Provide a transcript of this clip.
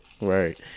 Right